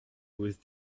with